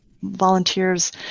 volunteers